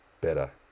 better